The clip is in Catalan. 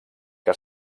que